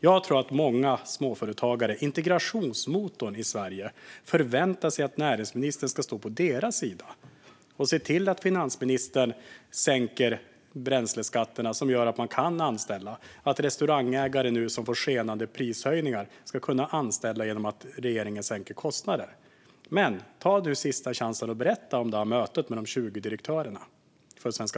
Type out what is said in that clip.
Jag tror att många småföretagare, integrationsmotorn i Sverige, förväntar sig att näringsministern ska stå på deras sida och se till att finansministern sänker bränsleskatterna, vilket gör att man kan anställa, och att restaurangägare som nu får skenande prishöjningar ska kunna anställa genom att regeringen sänker kostnader. Men ta nu sista chansen och berätta för svenska folket om mötet med de 20 direktörerna!